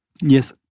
Yes